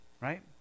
right